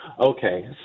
Okay